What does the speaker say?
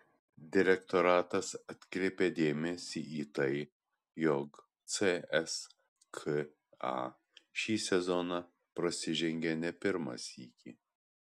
direktoratas atkreipė dėmesį į tai jog cska šį sezoną prasižengė ne pirmą sykį